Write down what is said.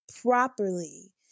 properly